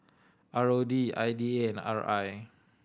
R O D I D A and R I